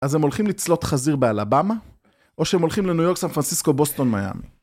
‫אז הם הולכים לצלות חזיר באלבמה, ‫או שהם הולכים לניו יורק, ‫סן פרנסיסקו, בוסטון, מיאמי.